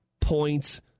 points